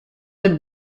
and